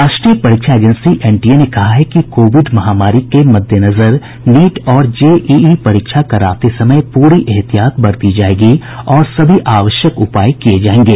राष्ट्रीय परीक्षा agency NTA ने कहा है कि कोविड महामारी के मद्देनजर नीट और जेईई परीक्षा कराते समय पूरी ऐहतियात बरती जाएगी और सभी आवश्यक उपाए किए जाएंगे